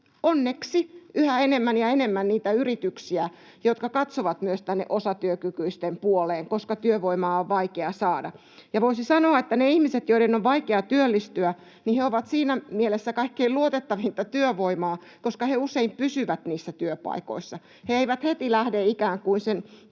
on myös yhä enemmän ja enemmän niitä yrityksiä, jotka katsovat myös tänne osatyökykyisten puoleen, koska työvoimaa on vaikea saada. Ja voisi sanoa, että ne ihmiset, joiden on vaikea työllistyä, ovat siinä mielessä kaikkein luotettavinta työvoimaa, että he usein pysyvät niissä työpaikoissa. He eivät heti lähde ikään kuin sen kiehtovamman